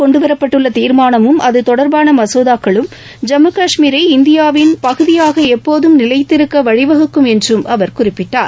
கொண்டுவரப்பட்டுள்ளதீர்மானமும் அதுதொடர்பானமசோதாக்களும் இன்றுஅவையில் ஜம்மு கஷ்மீரை இந்தியாவின் பகுதியாகஎப்போதும் நிலைத்திருக்கவழிவகுக்கும் என்றும் அவர் குறிப்பிட்டார்